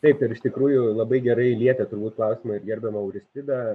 taip ir iš tikrųjų labai gerai lietė turbūt klausimą ir gerbiama auristida